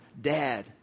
Dad